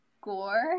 gore